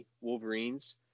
Wolverines